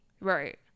right